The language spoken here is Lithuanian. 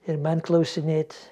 ir man klausinėt